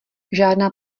žádná